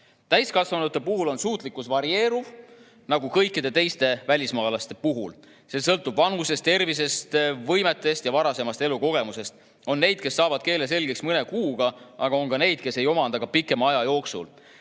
Täiskasvanute puhul on suutlikkus varieeruv nagu kõikide teiste välismaalaste puhul. See sõltub vanusest, tervisest, võimetest ja varasemast elukogemusest. On neid, kes saavad keele selgeks mõne kuuga, aga on ka neid, kes ei omanda seda isegi pikema aja jooksul.